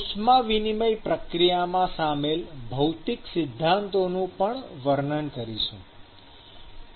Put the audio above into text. ઉષ્મા વિનિમય પ્રક્રિયામાં સામેલ ભૌતિક સિદ્ધાંતોનું પણ વર્ણન કરીશું